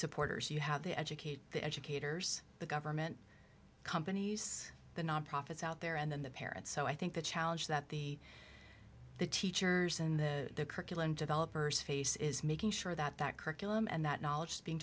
supporters you have to educate the educators the government companies the nonprofits out there and the parents so i think the challenge that the the teachers in the curriculum developers face is making sure that that curriculum and that knowledge being